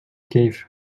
cave